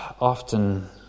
often